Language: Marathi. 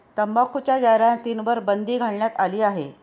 तंबाखूच्या जाहिरातींवर बंदी घालण्यात आली आहे